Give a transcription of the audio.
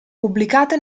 pubblicate